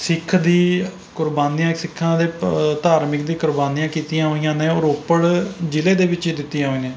ਸਿੱਖ ਦੀ ਕੁਰਬਾਨੀਆਂ ਸਿੱਖਾਂ ਦੇ ਧਾਰਮਿਕ ਦੀ ਕੁਰਬਾਨੀਆਂ ਕੀਤੀਆਂ ਹੋਈਆਂ ਨੇ ਉਹ ਰੋਪੜ ਜ਼ਿਲ੍ਹੇ ਦੇ ਵਿੱਚ ਹੀ ਦਿੱਤੀਆਂ ਹੋਈਆਂ